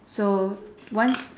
so once